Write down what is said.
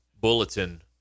bulletin